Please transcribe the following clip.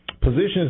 positions